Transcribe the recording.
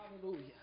hallelujah